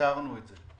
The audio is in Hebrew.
פתרנו את זה,